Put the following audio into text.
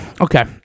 okay